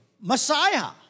Messiah